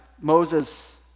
Moses